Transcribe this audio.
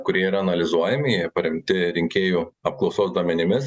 kurie yra analizuojami jie paremti rinkėjų apklausos duomenimis